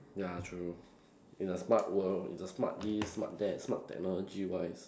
ya true in a smart world in the smart this smart that smart technology wise